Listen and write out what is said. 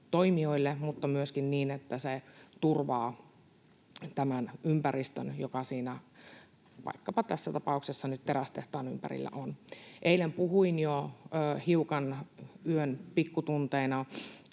mutta myöskin niin, että se turvaa tämän ympäristön, joka siinä, vaikkapa tässä tapauksessa nyt terästehtaan ympärillä, on. Eilen puhuin jo hiukan yön pikkutunteina